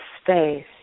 space